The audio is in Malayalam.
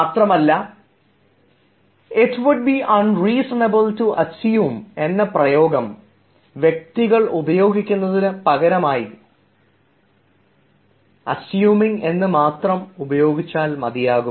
മാത്രമല്ല it would be un reasonable to assume എന്ന പ്രയോഗം വ്യക്തികൾ ഉപയോഗിക്കുന്നത് പകരമായി അസ്യൂമിങ് എന്ന് മാത്രം ഉപയോഗിച്ചാൽ മതിയാകും